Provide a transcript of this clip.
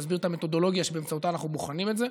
ואני אסביר את המתודולוגיה שבאמצעותה אנחנו בוחנים את זה,